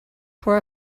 for